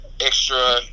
extra